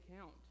count